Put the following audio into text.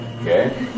Okay